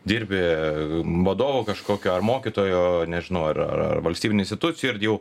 dirbi vadovo kažkokio ar mokytojo nežinau ar ar ar valstybinių institucijų ir jau